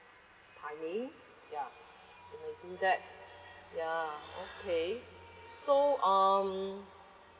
timing ya we may do that ya okay so um